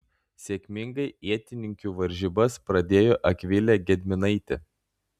sėkmingai ietininkių varžybas pradėjo akvilė gedminaitė